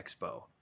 Expo